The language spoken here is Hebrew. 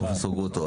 פרופ' גרוטו,